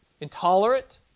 intolerant